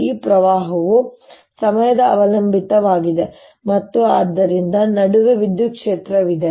ಈ ಪ್ರವಾಹವು ಸಮಯದ ಅವಲಂಬಿತವಾಗಿದೆ ಮತ್ತು ಆದ್ದರಿಂದ ನಡುವೆ ವಿದ್ಯುತ್ ಕ್ಷೇತ್ರವಾಗಿದೆ